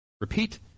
repeat